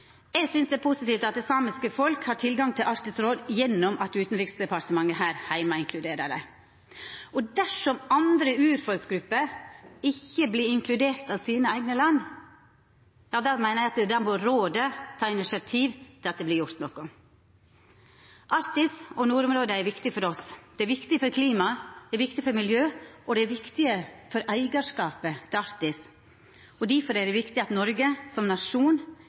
Eg synest det er positivt at det samiske folket har tilgang til Arktisk råd gjennom at Utanriksdepartementet her heime inkluderer dei. Dersom andre urfolksgrupper ikkje vert inkluderte av sine eigne land, meiner eg at rådet må ta initiativ til at det vert gjort noko. Arktis og nordområda er viktige for oss. Det er viktig for klimaet, det er viktig for miljøet, og det er viktig for eigarskapet til Arktis. Difor er det viktig at Noreg som nasjon